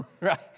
Right